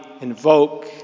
invoke